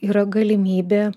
yra galimybė